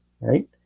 right